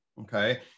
Okay